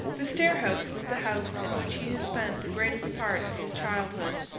the stair-house was the house in which he had spent the greatest part of his childhood,